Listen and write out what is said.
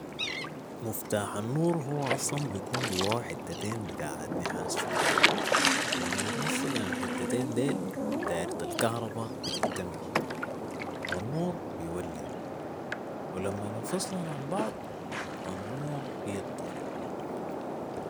مفتاح النور هو اصلا بيكون جواه حتتين بتاعات نحاس في الغالب لمن يتلصقن الحتتن ديل دايره الكهرباء بتكتمل والنور بولع ولما يتفصلن عن بعض النور بيطفي